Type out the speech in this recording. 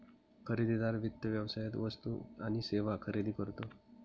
खरेदीदार वित्त व्यवसायात वस्तू आणि सेवा खरेदी करतो